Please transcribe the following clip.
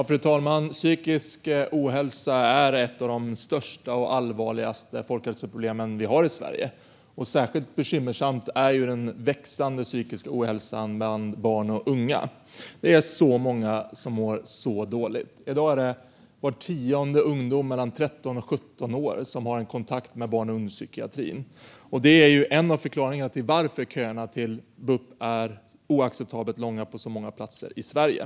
Fru talman! Psykisk ohälsa är ett av de största och allvarligaste folkhälsoproblemen vi har i Sverige. Särskilt bekymmersam är den växande psykiska ohälsan bland barn och unga. Det är så många som mår så dåligt. I dag har var tionde ungdom mellan 13 och 17 år kontakt med barn och ungdomspsykiatrin. Detta är ju en av förklaringarna till att köerna till bup är oacceptabelt långa på så många platser i Sverige.